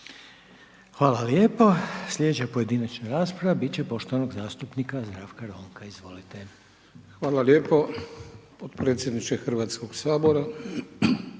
Hvala lijepo. Slijedeća pojedinačna rasprava bit će poštovanog zastupnika Zdravka Ronka, izvolite. **Ronko, Zdravko (Nezavisni)** Hvala lijepo potpredsjedniče Hrvatskog sabora.